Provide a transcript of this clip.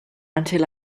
until